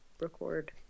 record